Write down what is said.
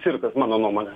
cirkas mano nuomone